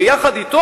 ויחד אתו,